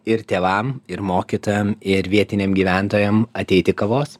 ir tėvam ir mokytojam ir vietiniam gyventojam ateiti kavos